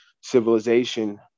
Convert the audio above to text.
civilization